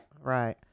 Right